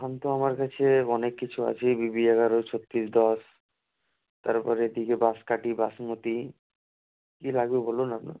এখন তো আমার কাছে অনেক কিছু আছে বিবি এগারো ছত্রিশ দশ তারপরে এদিকে বাঁশকাঠি বাসমতি কি লাগবে বলুন আপনার